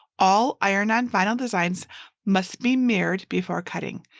all iron-on vinyl designs must be mirrored before cutting.